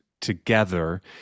together